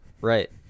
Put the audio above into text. Right